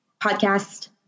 podcast